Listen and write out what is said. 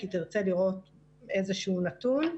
כי תרצה לראות איזה נתון,